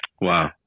Wow